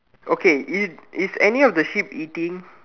okay is is any of the sheep eating